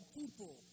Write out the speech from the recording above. people